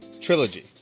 trilogy